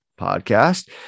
podcast